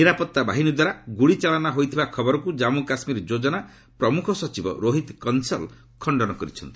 ନିରାପତ୍ତା ବାହିନୀ ଦ୍ୱାରା ଗୁଳିଚାଳନା ହୋଇଥିବା ଖବରକୁ କାଶ୍ମୁ କାଶ୍ମୀରର ଯୋଜନା ପ୍ରମୁଖ ସଚିବ ରୋହିତ କଂସଲ୍ ଖଣ୍ଡନ କରିଛନ୍ତି